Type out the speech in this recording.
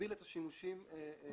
מלהגביל את השימושים בחוק,